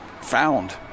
found